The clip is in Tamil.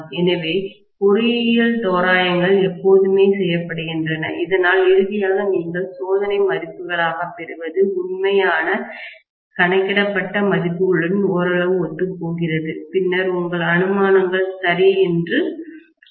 எனவே பொறியியல் தோராயங்கள் எப்போதுமே செய்யப்படுகின்றன இதனால் இறுதியாக நீங்கள் சோதனை மதிப்புகளாகப் பெறுவது உண்மையான கணக்கிடப்பட்ட மதிப்புகளுடன் ஓரளவு ஒத்துப்போகிறது பின்னர் உங்கள் அனுமானங்கள் சரி என்று கூறுகிறீர்கள்